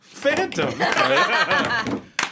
Phantom